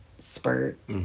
spurt